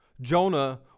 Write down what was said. Jonah